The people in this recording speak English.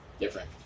different